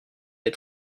des